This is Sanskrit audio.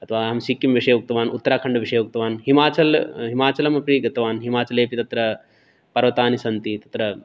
अथवा अहं सिक्किम् विषये उक्तवान् उत्तराखण्डविषये उक्तवान् हिमाचल् हिमाचलमपि गतवान् हिमाचले अपि तत्र पर्वतानि सन्ति तत्र